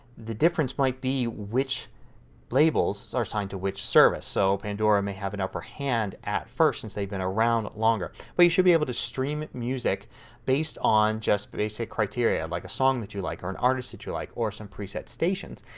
the difference might be which labels are assigned to which service. so pandora may have an upper hand at first since they have been around longer. but you should be able to stream music based on just the basic criteria like a song that you like or an artist that you like or some preset stations.